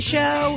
Show